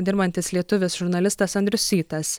dirbantis lietuvis žurnalistas andrius sytas